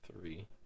three